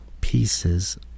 pieces